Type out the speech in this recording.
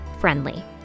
friendly